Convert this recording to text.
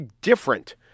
different